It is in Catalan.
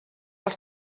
els